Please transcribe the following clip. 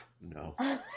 no